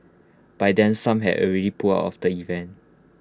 by then some had already pulled out of the event